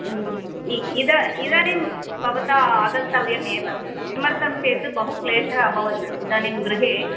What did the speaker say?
ओ इ इदा इदानीं भवता आगन्तव्यमेव किमर्थं चेत् बहु क्लेशः अभवत् इदानीं गृहे